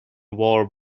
wore